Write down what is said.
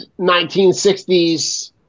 1960s